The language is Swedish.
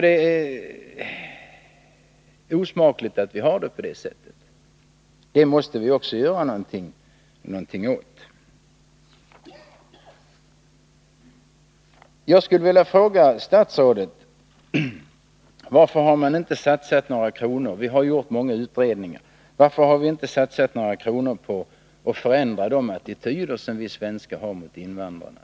Det är osmakligt att vi har det på detta sätt, och det måste vi också göra någonting åt. Jag skulle vilja fråga statsrådet: Varför har man inte satsat några kronor på att förändra de attityder som vi svenskar har mot invandrare? Det har ju gjorts många utredningar.